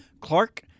Clark